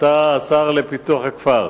אדוני השר, אתה השר לפיתוח הכפר.